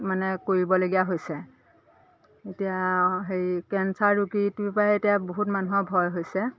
মানে কৰিবলগীয়া হৈছে এতিয়া হেৰি কেঞ্চাৰ ৰোগতোৰপৰাই এতিয়া বহুত মানুহৰ ভয় হৈছে